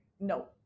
No